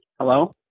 Hello